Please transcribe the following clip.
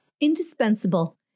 Indispensable